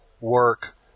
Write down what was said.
work